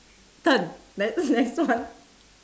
turn ne~ next one